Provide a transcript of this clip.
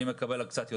אני מקבל קצת יותר.